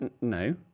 No